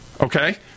Okay